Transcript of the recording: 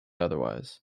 otherwise